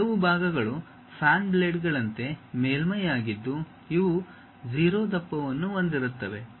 ಕೆಲವು ಭಾಗಗಳು ಫ್ಯಾನ್ ಬ್ಲೇಡ್ಗಳಂತೆ ಮೇಲ್ಮೈಯಾಗಿದ್ದು ಇವು 0 ದಪ್ಪವನ್ನು ಹೊಂದಿರುತ್ತವೆ